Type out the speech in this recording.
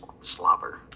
slobber